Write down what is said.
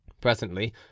Presently